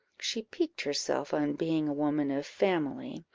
she piqued herself on being a woman of family,